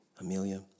Amelia